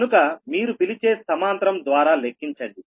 కనుక మీరు సమాంతరం గా లెక్కించండి